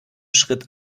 schritt